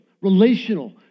relational